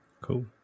Cool